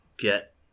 get